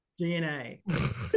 DNA